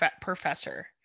professor